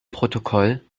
protokoll